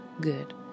good